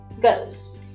goes